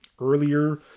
earlier